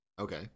Okay